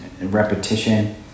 repetition